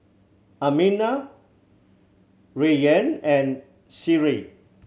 Aminah Rayyan and Seri